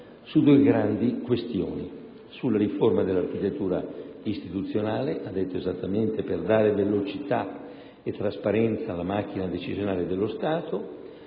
su due grandi questioni: la riforma dell'architettura istituzionale (ha detto esattamente: «per dare velocità e trasparenza alla macchina decisionale dello Stato»)